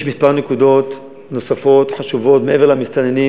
יש כמה נקודות נוספות חשובות מעבר למסתננים